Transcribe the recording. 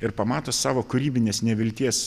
ir pamato savo kūrybinės nevilties